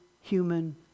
human